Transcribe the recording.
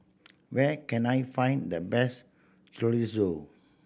where can I find the best Chorizo